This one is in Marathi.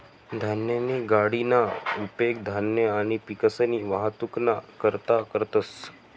धान्यनी गाडीना उपेग धान्य आणि पिकसनी वाहतुकना करता करतंस